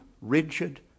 rigid